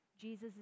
Jesus